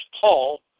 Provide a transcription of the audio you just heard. Paul